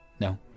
no